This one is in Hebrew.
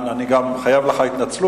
אני גם חייב לך התנצלות,